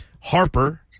Harper